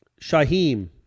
Shaheem